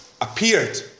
appeared